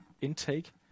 intake